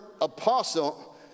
apostle